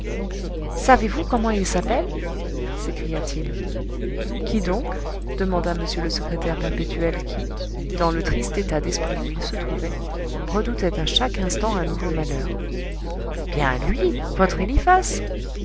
savez-vous comment il s'appelle s'écria-t-il qui donc demanda m le secrétaire perpétuel qui dans le triste état d'esprit où il se trouvait redoutait à chaque instant un nouveau malheur bien lui votre